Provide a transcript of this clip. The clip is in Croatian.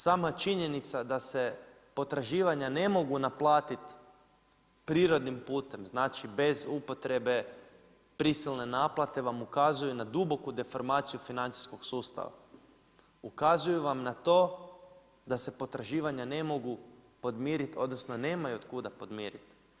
Sama činjenica da se potraživanja ne mogu naplatiti prirodnim putem, znači, bez upotrebe prisilne naplate vam pokazuje na duboku deformaciju financijskog sustava, ukazuju vam na to da se potraživanja ne mogu podmiriti, odnosno, nemaju od kuda podmiriti.